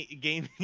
game